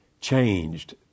changed